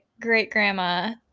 great-grandma